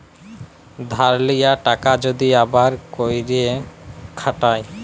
ধার লিয়া টাকা যদি আবার ক্যইরে খাটায়